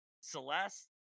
Celeste